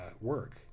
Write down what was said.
work